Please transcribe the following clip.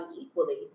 equally